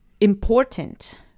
important